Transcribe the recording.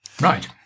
Right